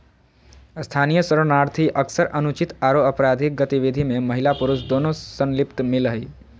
स्थानीय शरणार्थी अक्सर अनुचित आरो अपराधिक गतिविधि में महिला पुरुष दोनों संलिप्त मिल हई